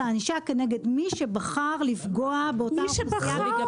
הענישה כנגד מי שבחר לפגוע באותה אוכלוסייה.